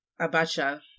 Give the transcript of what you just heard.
Abacha